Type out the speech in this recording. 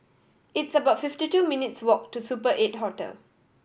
it's about fifty two minutes' walk to Super Eight Hotel